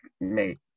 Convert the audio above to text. mate